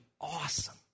awesome